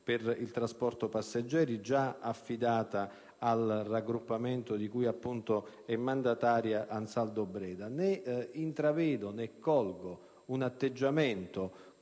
per il trasporto passeggeri, già affidata al raggruppamento di cui è mandataria AnsaldoBreda. Né intravedo, né colgo, un atteggiamento